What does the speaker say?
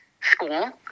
School